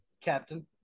Captain